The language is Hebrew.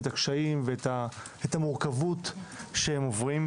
את הקשיים ואת המורכבות שהם עוברים.